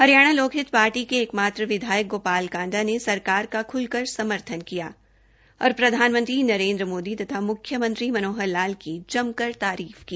Haryana Lokhit party के एक मात्र विधायक ग्रापाल कांडा ने सरकार का ख़्लकर समर्थन किया और प्रधानमंत्री नरेन्द्र माद्री तथा मुख्यमंत्री मनाहर लाल की जमकर तारीफ की